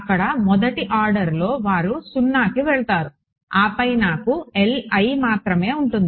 అక్కడ మొదటి ఆర్డర్లో వారు 0కి వెళతారు ఆపై నాకు Li మాత్రమే ఉంటుంది